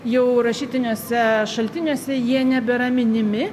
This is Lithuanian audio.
jau rašytiniuose šaltiniuose jie nebėra minimi